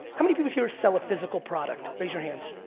how many people here sell a physical product? raise your hands.